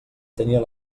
tenia